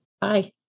Bye